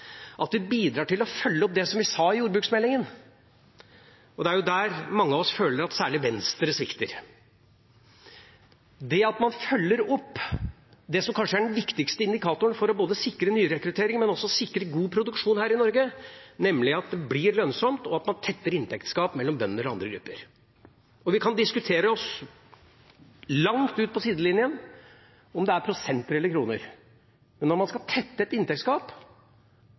at vi bidrar til å følge opp det som vi sa i jordbruksmeldinga – og det er der mange av oss føler at særlig Venstre svikter – at man følger opp det som kanskje er den viktigste indikatoren for både å sikre nyrekruttering og også sikre god produksjon her i Norge, nemlig at det blir lønnsomt, og at man tetter inntektsgap mellom bønder og andre grupper. Vi kan diskutere oss langt ut på sidelinjen om det er prosenter eller kroner, men når man skal tette et inntektsgap,